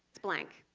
it's blank.